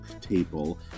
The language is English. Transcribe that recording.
table